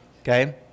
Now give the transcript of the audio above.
okay